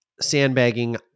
sandbagging